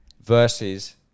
versus